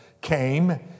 came